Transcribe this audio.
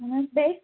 بیٚیہِ